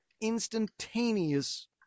instantaneous